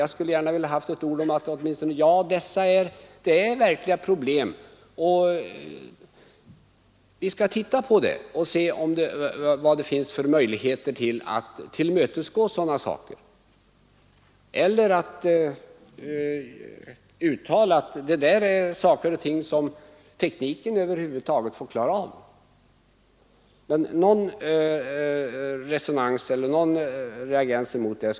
Jag skulle gärna vilja ha några ord åtminstone om att detta är verkliga problem, att man är beredd att undersöka dem och se vad det finns för möjligheter att tillmötesgå sådana önskemål som jag har framfört — eller uttala att det där är saker och ting som tekniken över huvud taget får klara av. Någon reaktion skulle jag vilja ha fram.